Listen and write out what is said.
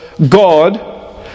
god